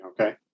okay